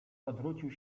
odwrócił